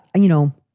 i you know.